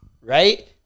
right